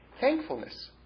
Thankfulness